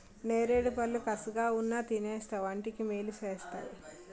నేరేడుపళ్ళు కసగావున్నా తినేస్తే వంటికి మేలు సేస్తేయ్